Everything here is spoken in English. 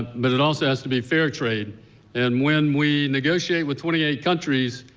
but it also has to be fair trade and when we negotiate with twenty eight countries.